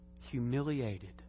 Humiliated